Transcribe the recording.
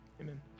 Amen